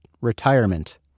retirement